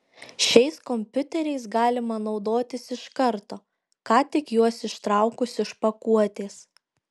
šiais kompiuteriais galima naudotis iš karto ką tik juos ištraukus iš pakuotės